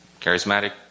charismatic